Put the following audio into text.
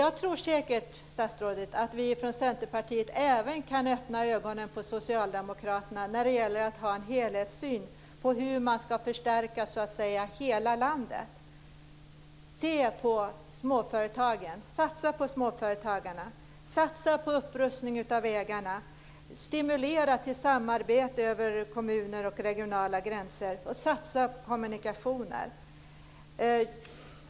Jag tror därför, statsrådet, att vi från Centerpartiet även kan öppna ögonen på socialdemokraterna när det gäller att ha en helhetssyn på hur man ska så att säga förstärka hela landet. Se på småföretagen! Satsa på småföretagarna! Satsa på upprustning av vägarna! Stimulera till samarbete över kommungränser och regionala gränser, och satsa på kommunikationer!